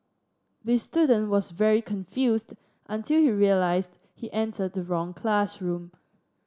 the student was very confused until he realised he entered the wrong classroom